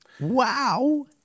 Wow